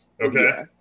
Okay